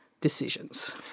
decisions